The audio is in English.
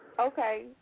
Okay